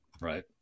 right